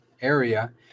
area